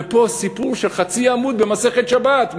ופה סיפור של חצי עמוד במסכת שבת,